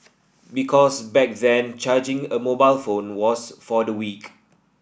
because back then charging a mobile phone was for the weak